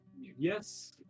Yes